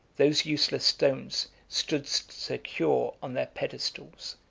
those useless stones stood secure on their pedestals.